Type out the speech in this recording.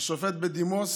השופט בדימוס